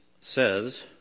says